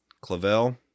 Clavel